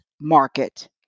market